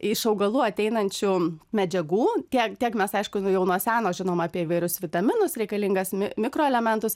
iš augalų ateinančių medžiagų tiek tiek mes aišku jau nuo seno žinom apie įvairius vitaminus reikalingas mi mikroelementus